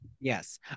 Yes